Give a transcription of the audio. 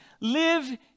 Live